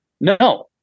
No